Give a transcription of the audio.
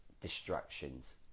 distractions